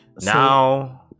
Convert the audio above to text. now